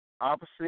opposite